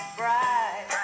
bright